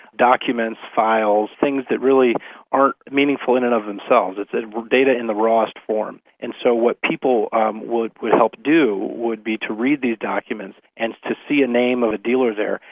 documents, files, things that really aren't meaningful in and of themselves, it's data in the rawest form. and so what people um would would help do would be to read these documents and to see a name of a dealer there,